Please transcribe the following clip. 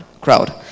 crowd